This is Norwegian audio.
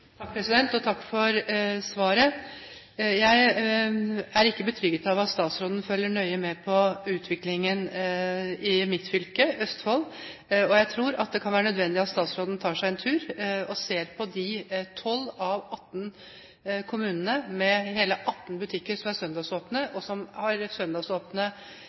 Takk for svaret. Jeg er ikke betrygget av at statsråden følger nøye med på utviklingen i mitt fylke, Østfold, og jeg tror at det kan være nødvendig at statsråden tar seg en tur og ser på de 12 av 18 kommunene med hele 18 butikker som er søndagsåpne, og som har